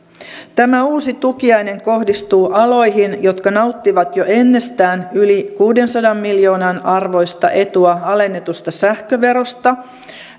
tämä uusi tukiainen kohdistuu aloihin jotka nauttivat jo ennestään yli neljänsadan miljoonan arvoista etua alennetusta sähköverosta